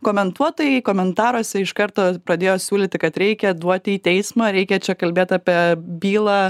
komentuotojai komentaruose iš karto pradėjo siūlyti kad reikia duoti į teismą reikia čia kalbėt apie bylą